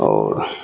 आओर